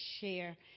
share